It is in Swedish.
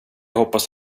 hoppas